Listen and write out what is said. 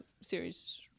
series